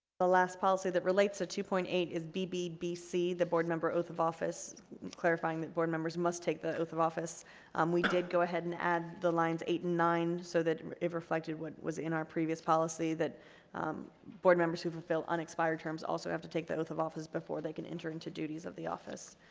the last policy that relates a two point eight is bbbc the board member oath of office clarifying that board members must take the oath of office um we did go ahead and add the lines eight and nine so that it reflected what was in our previous policy that board members who fulfill unexpired terms also have to take that oath of office before they can enter into duties of the office.